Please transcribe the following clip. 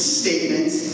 statements